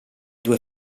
due